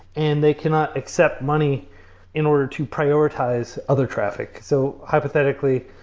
and they cannot accept money in order to prioritize other traffic. so hypothetically,